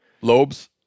lobes